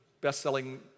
best-selling